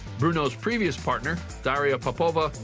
bruno's previous partner, daria popova,